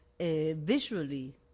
visually